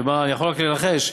אני יכול רק לנחש,